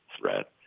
threat